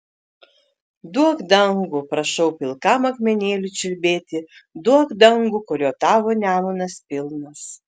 duok dangų prašau pilkam akmenėliui čiulbėti duok dangų kurio tavo nemunas pilnas